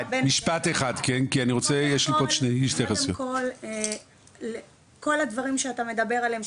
קודם כל כל הדברים שאתה מדבר עליהם,